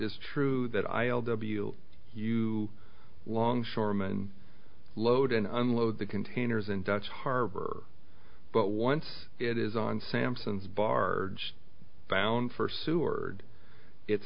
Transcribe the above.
is true that i l w u longshoreman load and unload the containers in dutch harbor but once it is on samson's barge bound for seward it's